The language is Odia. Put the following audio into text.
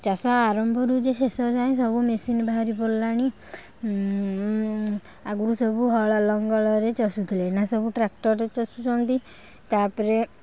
ଚାଷ ଆରମ୍ଭରୁ ଯେ ଶେଷ ଯାଏଁ ସବୁ ମିସିନ୍ ବାହାରି ପଡ଼ିଲାଣି ଆଗୁରୁ ସବୁ ହଳ ଲଙ୍ଗଳରେ ଚଷୁ ଥିଲେ ଏଇନା ସବୁ ଟ୍ରାକ୍ଟରରେ ଚଷୁଛନ୍ତି ତା'ପରେ